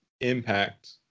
impact